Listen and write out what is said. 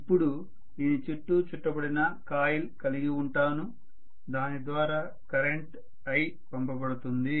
ఇప్పుడు నేను దీనిచుట్టూ చుట్టబడిన కాయిల్ కలిగివుంటాను దాని ద్వారా కరెంట్ i పంపబడుతుంది